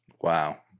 Wow